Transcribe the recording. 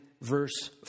verse